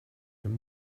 been